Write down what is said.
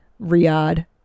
Riyadh